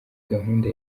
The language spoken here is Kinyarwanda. gahunda